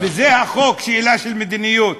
וזה החוק, שאלה של מדיניות.